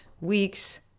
week's